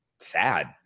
sad